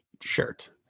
shirt